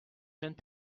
jeunes